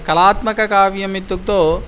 कलात्मककाव्यम् इत्युक्तौ